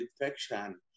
infection